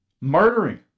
Murdering